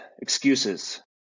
excuses